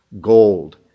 Gold